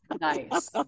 Nice